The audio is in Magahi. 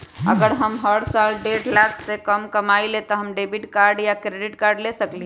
अगर हम हर साल डेढ़ लाख से कम कमावईले त का हम डेबिट कार्ड या क्रेडिट कार्ड ले सकली ह?